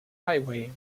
highway